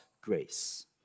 grace